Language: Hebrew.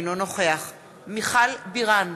אינו נוכח מיכל בירן,